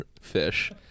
fish